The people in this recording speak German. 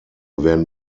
werden